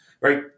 right